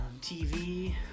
TV